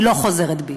אני לא חוזרת בי.